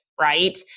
right